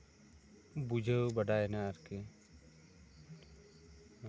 ᱵᱩᱡᱷᱟᱹᱣ ᱵᱟᱰᱟᱭᱮᱱᱟ ᱟᱨᱠᱤ